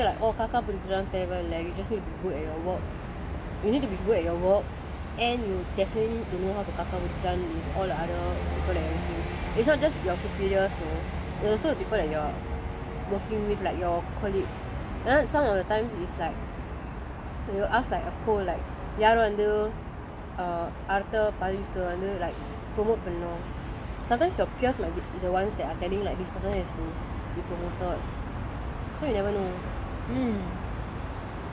this is very important lah like they will say like oh காகா புடிக்குறவன் தேவையில்லை:kaka pudikkuravan thevayillai you just need to you need to be good with your work and defintely you know how to காகா புடிக்குறான்:kaka pudikkuran with friends all the other it's not just your superior you know also like the people you are working with your colleagues then some of the times is like யார் வந்து:yaar vanthu err அடுத்த பதவிக்கு வந்து:adutha pathavikku vanthu like promote பண்ணனும் this person is introverted so you never know